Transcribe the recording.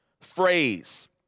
phrase